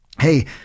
hey